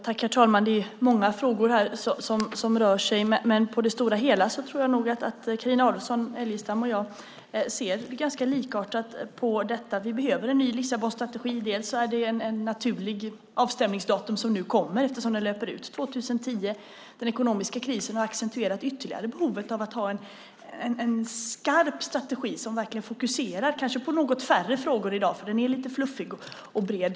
Herr talman! Det är många frågor här som liksom rör sig. Men på det stora hela tror jag att Carina Adolfsson Elgestam och jag ser ganska likartat på detta. Vi behöver en ny Lissabonstrategi. Ett naturligt avstämningsdatum kommer nu eftersom tiden löper ut 2010. Den ekonomiska krisen har ytterligare accentuerat behovet av att ha en skarp strategi där det fokuseras på kanske något färre frågor än i dag. Nu är strategin lite fluffig och bred.